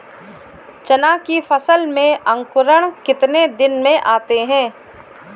चना की फसल में अंकुरण कितने दिन में आते हैं?